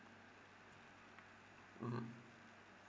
mmhmm